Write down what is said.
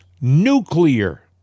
nuclear